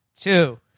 two